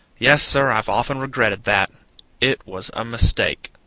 yes, sir, i've often regretted that it was a mistake.